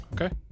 Okay